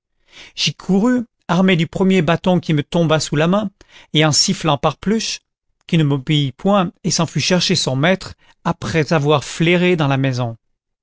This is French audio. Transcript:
j'y courus armé du premier bâton qui me tomba sous la main et en sifflant parpluche qui ne m'obéit point et s'en fut chercher son maître après avoir flairé dans la maison